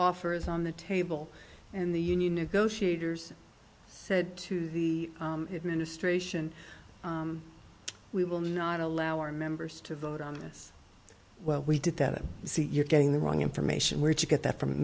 offer is on the table and the union negotiators said to the ministration we will not allow our members to vote on this well we did that you're getting the wrong information where to get that from